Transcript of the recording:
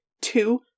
Two